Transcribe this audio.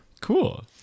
cool